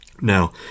Now